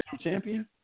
champion